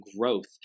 growth